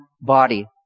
body